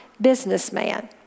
businessman